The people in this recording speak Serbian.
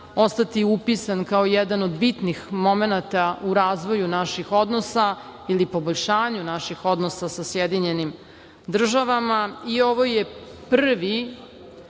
ostati upisan kao jedan od bitnih momenata u razvoju naših odnosa ili poboljšanju naših odnosa sa SAD. Ovo je prvi,